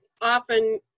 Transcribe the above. often